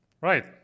Right